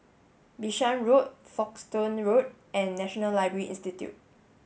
Bishan Road Folkestone Road and National Library Institute